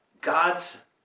God's